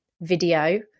video